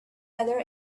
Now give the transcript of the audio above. other